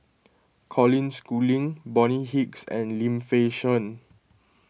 Colin Schooling Bonny Hicks and Lim Fei Shen